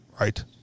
Right